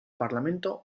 parlamento